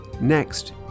Next